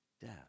death